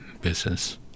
business